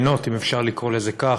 אפשר לקרוא לזה כך,